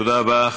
תודה רבה.